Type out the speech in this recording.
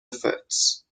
efforts